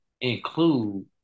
include